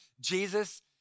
Jesus